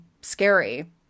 scary